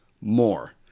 more